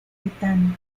tibetano